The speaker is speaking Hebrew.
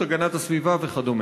הגנת הסביבה וכדומה.